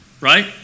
Right